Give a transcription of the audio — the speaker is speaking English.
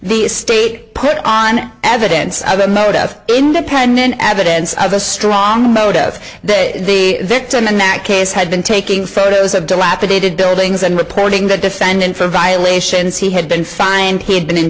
the state put on evidence of a mode of independent additives of a strong motive that the victim in that case had been taking photos of dilapidated buildings and reporting the defendant for violations he had been fined he had been